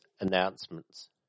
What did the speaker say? announcements